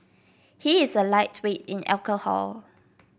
he is a lightweight in alcohol